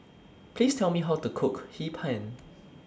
Please Tell Me How to Cook Hee Pan